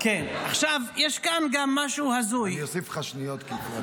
אני אוסיף לך שניות כי הפרעתי.